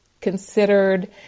considered